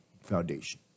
Foundation